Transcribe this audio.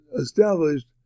established